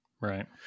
Right